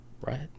Right